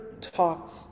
talks